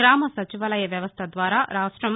గ్రామ సచివాలయ వ్యవస్థ ద్వారా రాష్టం